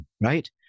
right